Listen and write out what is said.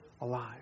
alive